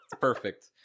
perfect